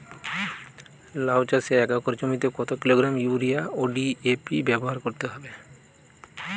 লাউ চাষে এক একর জমিতে কত কিলোগ্রাম ইউরিয়া ও ডি.এ.পি ব্যবহার করতে হবে?